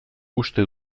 uste